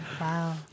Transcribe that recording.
wow